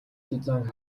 зузаан